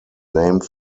named